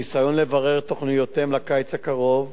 ניסיון לברר את תוכניותיהם לקיץ הקרוב,